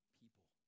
people